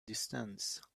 distance